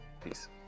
Peace